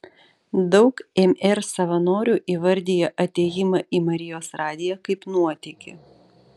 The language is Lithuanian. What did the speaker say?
daug mr savanorių įvardija atėjimą į marijos radiją kaip nuotykį